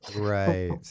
Right